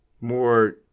more